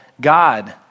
God